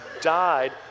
died